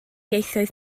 ieithoedd